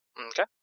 Okay